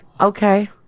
Okay